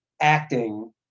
acting